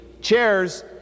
chairs